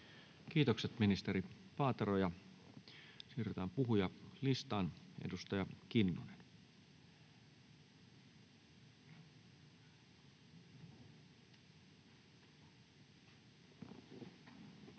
Kiitokset, ministeri Paatero. — Siirrytään puhujalistaan. — Edustaja Kinnunen. [Speech